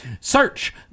Search